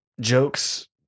jokes